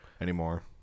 Anymore